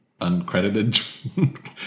uncredited